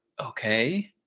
okay